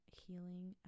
healing